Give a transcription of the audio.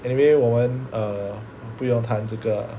anyway 我们 err 不用谈这个